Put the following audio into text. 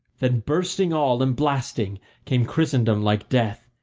then bursting all and blasting came christendom like death,